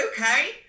okay